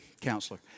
counselor